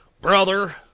Brother